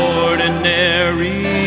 ordinary